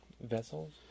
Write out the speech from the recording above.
Vessels